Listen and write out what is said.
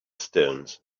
stones